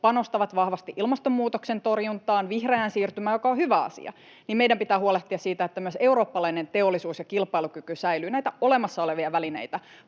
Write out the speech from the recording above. panostaa vahvasti ilmastonmuutoksen torjuntaan ja vihreään siirtymään, mikä on hyvä asia, niin meidän pitää huolehtia siitä, että myös eurooppalainen teollisuus ja kilpailukyky säilyvät. Näitä olemassa olevia välineitä